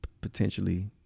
potentially